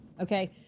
Okay